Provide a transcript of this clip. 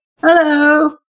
Hello